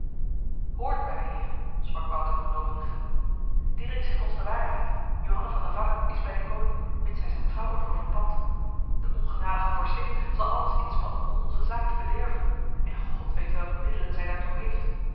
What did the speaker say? hoort mijne heren sprak wouter van lovendegem diederik zegt ons de waarheid johanna van navarra is bij de koning mits hij zijn trouw ervoor verpandt de ongenadige vorstin zal alles inspannen om onze zaak te bederven en god weet welke middelen zij daartoe heeft